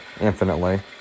infinitely